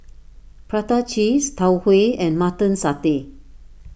Prata Cheese Tau Huay and Mutton Satay